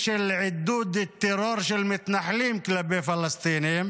של עידוד טרור של מתנחלים כלפי הפלסטינים,